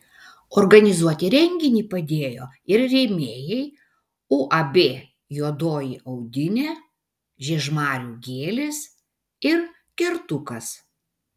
organizuoti renginį padėjo ir rėmėjai uab juodoji audinė žiežmarių gėlės ir kertukas